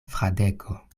fradeko